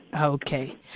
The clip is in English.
Okay